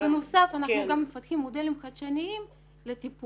בנוסף אנחנו גם מפתחים מודלים חדשניים לטיפול.